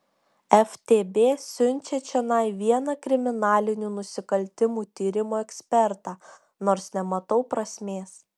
ftb siunčia čionai vieną kriminalinių nusikaltimų tyrimų ekspertą nors nematau prasmės